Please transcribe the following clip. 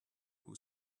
who